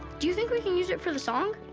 do you think we can use it for the song?